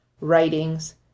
writings